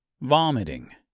vomiting